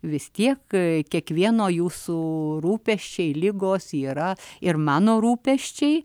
vis tiek kiekvieno jūsų rūpesčiai ligos yra ir mano rūpesčiai